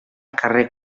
darrer